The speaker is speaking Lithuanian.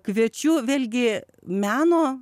kviečiu vėlgi meno